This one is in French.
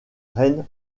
reine